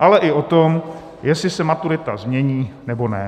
ale i o tom, jestli se maturita změní, nebo ne.